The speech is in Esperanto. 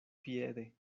piede